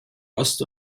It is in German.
ost